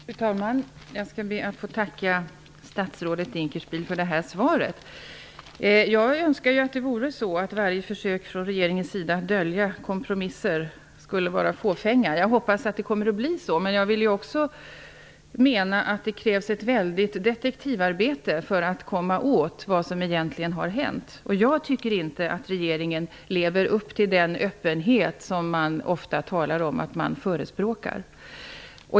Fru talman! Jag skall be att få tacka statsrådet Dinkelspiel för svaret. Jag önskar att varje försök från regeringens sida att dölja kompromisser skulle vara fåfänga. Jag hoppas att det kommer att bli så. Men jag hävdar att det krävs ett väldigt detektivarbete för att komma åt vad som egentligen har hänt. Jag tycker inte att regeringen lever upp till den öppenhet som regeringen förespråkar.